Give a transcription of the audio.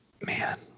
man